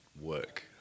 work